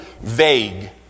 vague